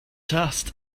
dust